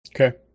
Okay